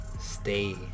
stay